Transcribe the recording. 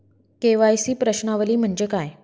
KYC प्रश्नावली म्हणजे काय?